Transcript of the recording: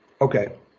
Okay